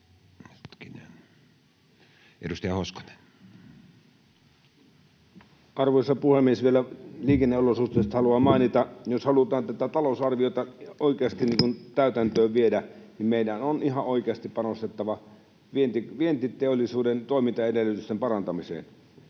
17:03 Content: Arvoisa puhemies! Vielä liikenneolosuhteista haluan mainita. Jos halutaan tätä talousarviota oikeasti täytäntöön viedä, niin meidän on ihan oikeasti panostettava vientiteollisuuden toimintaedellytysten parantamiseen.